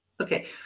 Okay